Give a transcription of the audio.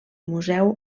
museu